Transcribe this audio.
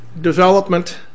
development